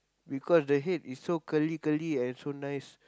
because the head is so curly curly and so nice